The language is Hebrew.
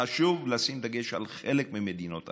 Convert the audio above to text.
חשוב לשים דגש על "חלק ממדינות ערב".